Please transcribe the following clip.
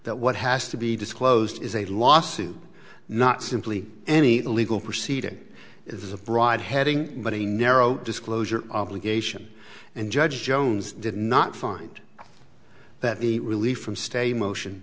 that what has to be disclosed is a lawsuit not simply any legal proceeding is a broad heading but a narrow disclosure obligation and judge jones did not find that the relief from stay in motion